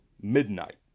midnight